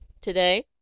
Today